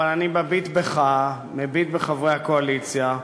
אבל אני מביט בך, מביט בחברי הקואליציה,